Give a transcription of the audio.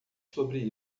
sobre